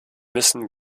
müssen